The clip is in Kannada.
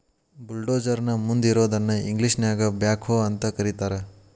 ಬುಲ್ಡೋಜರ್ ನ ಮುಂದ್ ಇರೋದನ್ನ ಇಂಗ್ಲೇಷನ್ಯಾಗ ಬ್ಯಾಕ್ಹೊ ಅಂತ ಕರಿತಾರ್